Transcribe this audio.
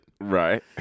Right